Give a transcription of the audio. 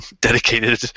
Dedicated